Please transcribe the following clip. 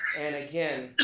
and again,